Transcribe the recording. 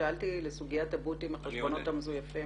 שאלתי לסוגיית ה"בוטים" והחשבונות המזויפים